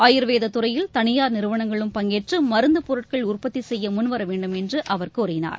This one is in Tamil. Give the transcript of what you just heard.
ஆயுர்வேததுறையில் தனியார் நிறுவனங்களும் பங்கேற்றுமருந்துப்பொருட்கள் உற்பத்திசெய்யமுன்வரவேண்டும் என்றுஅவர் கூறினார்